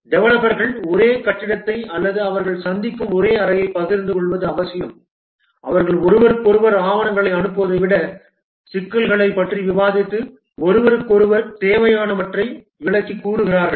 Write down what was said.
டெவலப்பர்கள் ஒரே கட்டிடத்தை அல்லது அவர்கள் சந்திக்கும் அதே அறையைப் பகிர்ந்து கொள்வது அவசியம் அவர்கள் ஒருவருக்கொருவர் ஆவணங்களை அனுப்புவதை விட சிக்கல்களைப் பற்றி விவாதித்து ஒருவருக்கொருவர் தேவையானவற்றை விளக்கிக் கூறுகிறார்கள்